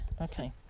Okay